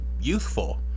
youthful